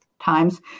times